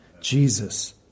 Jesus